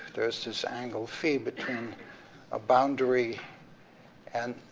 there's this angle fee between a boundary and.